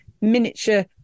miniature